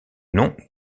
nom